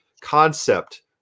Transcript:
concept